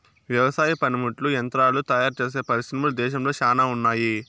వ్యవసాయ పనిముట్లు యంత్రాలు తయారుచేసే పరిశ్రమలు దేశంలో శ్యానా ఉన్నాయి